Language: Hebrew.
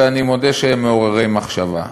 ואני מודה שהם מעוררי מחשבה,